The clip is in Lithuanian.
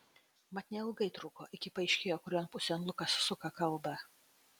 mat neilgai truko iki paaiškėjo kurion pusėn lukas suka kalbą